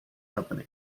company